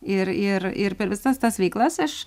ir ir ir per visas tas veiklas aš